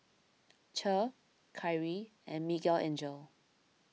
Che Kyrie and Miguelangel